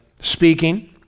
Speaking